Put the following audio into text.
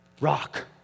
rock